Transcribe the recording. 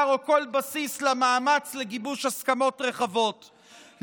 או כל בסיס למאמץ לגיבוש הסכמות רחבות.